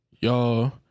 y'all